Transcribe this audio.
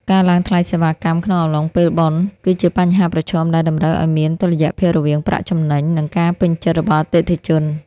ការឡើងថ្លៃសេវាកម្មក្នុងអំឡុងពេលបុណ្យ គឺជាបញ្ហាប្រឈមដែលតម្រូវឱ្យមានតុល្យភាពរវាងប្រាក់ចំណេញ និងការពេញចិត្តរបស់អតិថិជន។